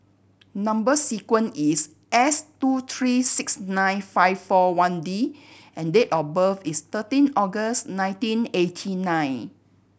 number sequence is S two three six nine five four one D and date of birth is thirteen August nineteen eighty nine